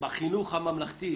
החינוך הממלכתי,